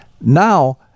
Now